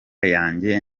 yanjye